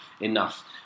enough